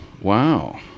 Wow